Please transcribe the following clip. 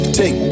Take